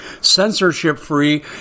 censorship-free